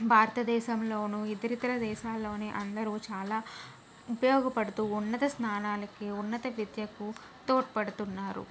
భారత దేశంలోనూ ఇతరితర దేశాల్లోనే అందరూ చాలా ఉపయోగపడుతూ ఉన్నత స్థానానికి ఉన్నత విద్యకు తోడ్పడుతున్నారు